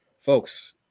Folks